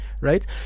right